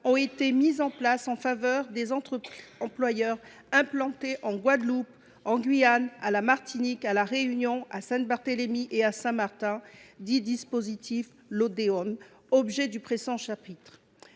ont été mises en place en faveur des employeurs implantés en Guadeloupe, en Guyane, à la Martinique, à La Réunion, à Saint Barthélemy et à Saint Martin. Il s’agit du dispositif Lodéom. Jusqu’à ce